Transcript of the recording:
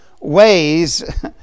ways